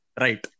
right